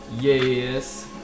yes